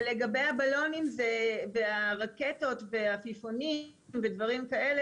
ולגבי הבלונים והרקטות ועפיפונים ודברים כאלה,